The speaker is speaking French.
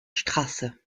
straße